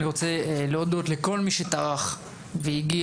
אני רוצה להודות לכל מי שטרח והגיע,